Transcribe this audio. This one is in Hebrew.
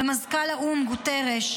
ומזכ"ל האו"ם גוטרש,